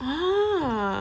ah